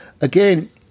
again